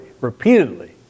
repeatedly